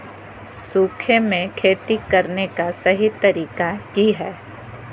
सूखे में खेती करने का सही तरीका की हैय?